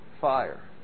fire